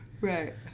Right